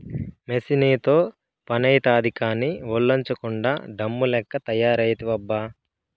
మెసీనుతో పనైతాది కానీ, ఒల్లోంచకుండా డమ్ము లెక్క తయారైతివబ్బా